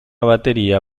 batería